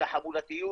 החמולתיות